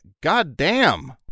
Goddamn